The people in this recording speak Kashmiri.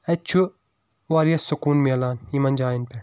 اَتہِ چھُ واریاہ سکوٗن میلان یِمن جاین پٮ۪ٹھ